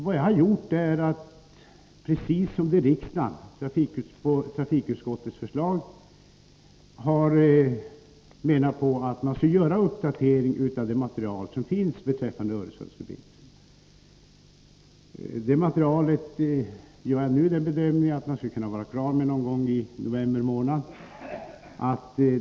Vad jag har gjort är att precis som trafikutskottet önskat påbörja en uppdatering av det material som finns beträffande Öresundsförbindelsen. Jag gör nu bedömningen att den uppdateringen skulle kunna vara klar någon gång i november månad.